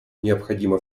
необходима